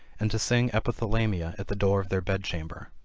and to sing epithalamia at the door of their bed-chamber.